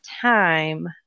time